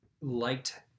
liked